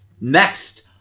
next